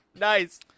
Nice